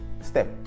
step